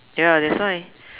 ya that's why